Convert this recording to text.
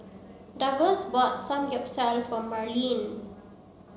Douglass bought Samgeyopsal for Marleen